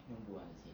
用不完的钱